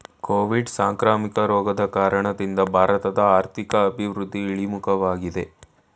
Covid ಸಾಂಕ್ರಾಮಿಕ ರೋಗದ ಕಾರಣದಿಂದ ಭಾರತದ ಆರ್ಥಿಕ ಅಭಿವೃದ್ಧಿ ಇಳಿಮುಖವಾಗಿದೆ